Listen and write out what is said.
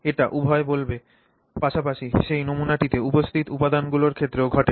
এটি উভয়ই বলের পাশাপাশি সেই নমুনাটিতে উপস্থিত উপাদানগুলির ক্ষেত্রেও ঘটে